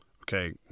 Okay